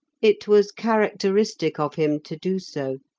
it was characteristic of him to do so.